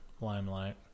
limelight